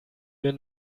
mir